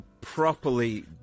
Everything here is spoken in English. properly